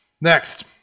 Next